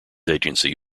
agency